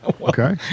Okay